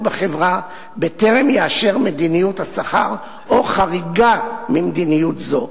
בחברה בטרם יאשר את מדיניות השכר או חריגה ממדיניות זו.